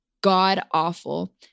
God-awful